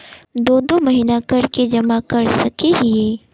दो दो महीना कर के जमा कर सके हिये?